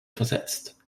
versetzt